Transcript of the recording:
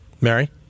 Mary